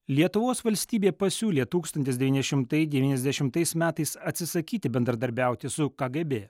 lietuvos valstybė pasiūlė tūkstantis devyni šimtai devyniasdešimtais metais atsisakyti bendradarbiauti su kgb